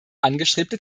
angestrebte